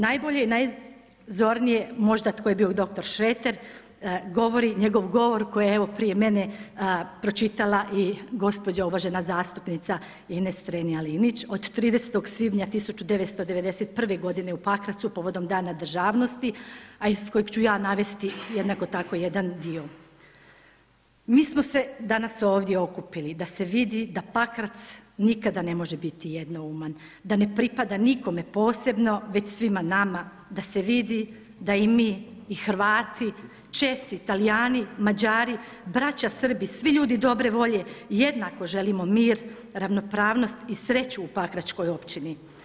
Najbolje i najzornije možda tko je bio dr. Šreter govori njegov govor koji je evo prije mene pročitala i gospođa uvažena zastupnica Ines Strenja-Linić od 30. svibnja 1991. godine u Pakracu povodom Dana državnosti a iz kojeg ću ja navesti jednako tako jedan dio: „Mi smo se danas ovdje okupili da se vidi da Pakrac nikada ne može biti jednouman, da ne pripada nikome posebno, već svima nama, da se vidi da i mi i Hrvati, Česi, Talijani, Mađari i braća Srbi, svi ljudi dobre volje jednako želimo mir, ravnopravnost i sreću u pakračkoj općini.